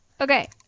Okay